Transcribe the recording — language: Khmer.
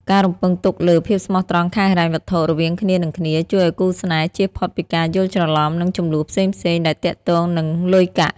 ការរំពឹងទុកលើ "ភាពស្មោះត្រង់ខាងហិរញ្ញវត្ថុ" រវាងគ្នា និងគ្នា ជួយឱ្យគូស្នេហ៍ជៀសផុតពីការយល់ច្រឡំ និងជម្លោះផ្សេងៗដែលទាក់ទងនឹងលុយកាក់។